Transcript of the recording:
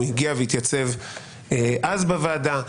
הוא הגיע והתייצב אז בוועדה.